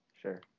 Sure